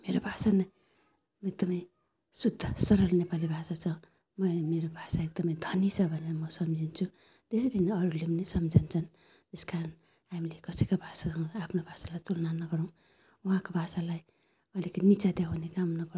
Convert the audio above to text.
मेरो भाषा नै एकदमै शुद्ध सरल नेपाली भाषा छ मलाई मेरो भाषा एकदमै धनी छ भनेर म सम्झिन्छु त्यसरी नै अरूले पनि सम्झन्छन् यस कारण हामीले कसैको भाषासँग आफ्नो भाषालाई तुलना नगरौँ उहाँको भाषालाई अलिक निचा देखाउने काम नगरौँ